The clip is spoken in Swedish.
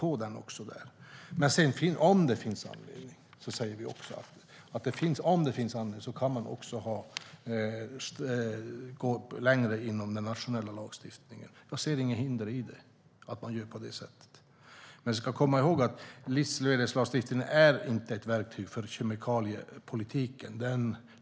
Vi har också drivit på för det. Men vi säger också att man kan gå längre inom den nationella lagstiftningen, om det finns anledning. Jag ser inga hinder för det. Vi ska dock komma ihåg att livsmedelslagstiftningen inte är ett verktyg för kemikaliepolitiken.